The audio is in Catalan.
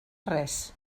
res